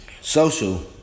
Social